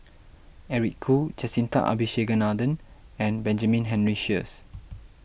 Eric Khoo Jacintha Abisheganaden and Benjamin Henry Sheares